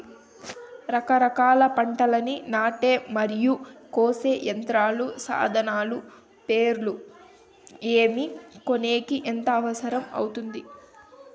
రకరకాల పంటలని నాటే మరియు కోసే యంత్రాలు, సాధనాలు పేర్లు ఏమి, కొనేకి ఎంత అవసరం అవుతుంది?